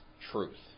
truth